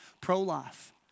pro-life